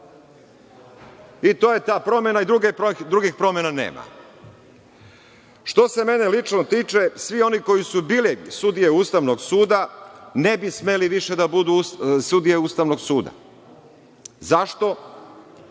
I to je ta promena. Drugih promena nema. Što se mene lično tiče, svi oni koji su bili sudije Ustavnog suda, ne bi smeli više da budu sudije Ustavnog suda. Zašto?